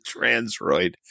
transroid